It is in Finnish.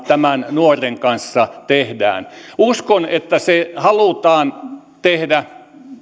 tämän nuoren kanssa tehdään uskon että se halutaan tehdä